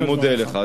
אני מודה לך.